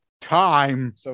time